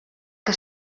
que